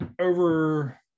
over